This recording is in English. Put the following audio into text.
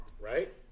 right